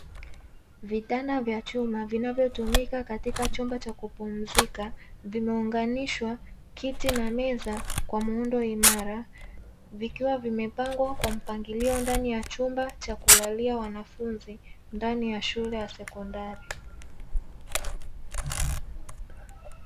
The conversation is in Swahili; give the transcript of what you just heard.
Vitanda vya chuma, vinavyotumika katika chumba cha kupumuzika, vimeunganishwa kiti na meza kwa muundo imara, vikiwa vimepangwa kwa mpangilio ndani ya chumba cha kulalia wanafunzi ndani ya shule ya sekondari.